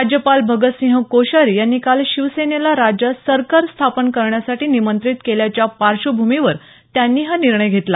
राज्यपाल भगतसिंह कोश्यारी यांनी काल शिवसेनेला राज्यात सरकार स्थापन करण्यासाठी निमंत्रित केल्याच्या पार्श्वभूमीवर त्यांनी हा निर्णय घेतला